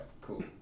cool